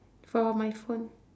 for my phone